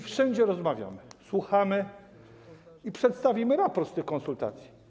Wszędzie rozmawiamy, słuchamy i przedstawimy raport z tych konsultacji.